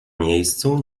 miejscu